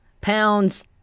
pounds